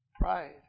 Pride